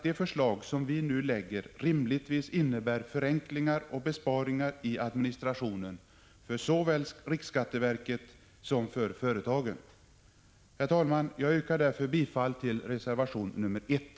De förslag som vi nu lägger fram innebär dock rimligtvis förenklingar och besparingar i administrationen såväl för riksskatteverket som för företagen. Herr talman! Jag yrkar bifall till reservation nr 1.